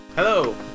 Hello